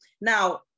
Now